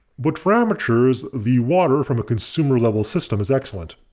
but for amateurs, the water from a consumer level system is excellent.